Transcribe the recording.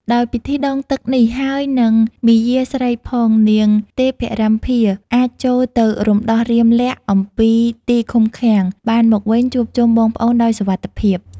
ដោយពិធីដងទឹកនេះ ហើយនិងមាយាស្រីផង នាងទេពរម្ភាអាចចូលទៅរំដោះរាមលក្សណ៍អំពីទីឃុំឃាំង បានមកវិញជួបជុំបងប្អូនដោយសុវត្ថិភាព។